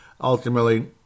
Ultimately